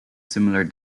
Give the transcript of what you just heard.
similar